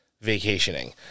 vacationing